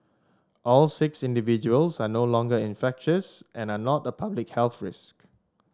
all six individuals are no longer infectious and are not a public health risk